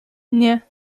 nie